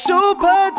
Super